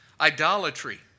Idolatry